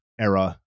era